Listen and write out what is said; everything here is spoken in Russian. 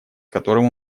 которым